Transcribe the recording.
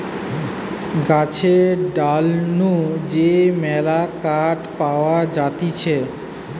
গাছের ডাল নু যে মেলা কাঠ পাওয়া যাতিছে